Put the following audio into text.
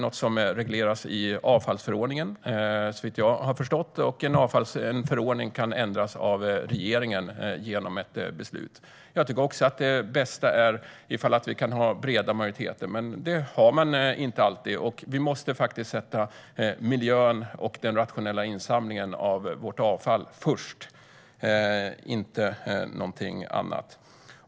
Detta regleras i avfallsförordningen, såvitt jag har förstått, och en förordning kan ändras av regeringen genom ett beslut. Jag tycker också att det bästa är om vi kan ha breda majoriteter, men det kan man inte alltid. Vi måste sätta miljön och den rationella insamlingen av vårt avfall först - inte någonting annat.